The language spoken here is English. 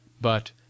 but